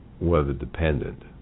weather-dependent